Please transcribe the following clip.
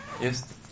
Yes